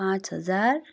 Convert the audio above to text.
पाँच हजार